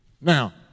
Now